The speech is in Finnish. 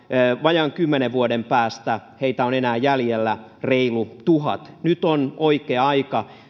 vajaan kymmenen vuoden päästä heitä on jäljellä enää reilu tuhat nyt on oikea aika